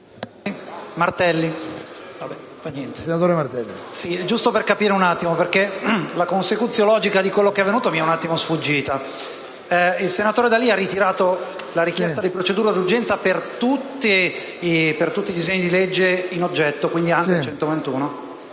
il senatore D'Alì ha ritirato la richiesta di procedura abbreviata per tutti i disegni di legge in oggetto, e quindi anche per